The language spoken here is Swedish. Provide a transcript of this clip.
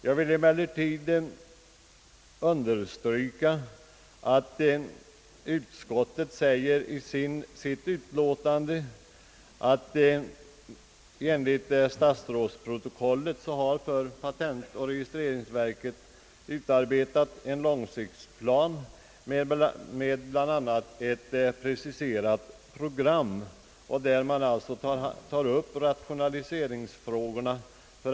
Jag vill emellertid understryka vad utskottet säger i sitt utlåtande, nämligen att enligt vad av statsrådsprotokollet framgår har för patentoch registreringsverket utarbetats en långsiktsplan med bl.a. ett preciserat program för rationaliseringsverksamheten.